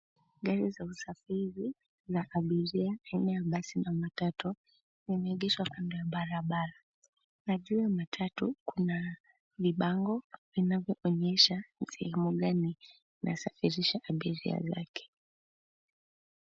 Gari za usafiri za abiria aina ya basi na matatu zimeegeshwa kwenye barabara na juu ya matatu Kuna vibango vinavyoonyesha ni sehemu gani linasafirsha abiria wake.